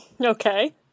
okay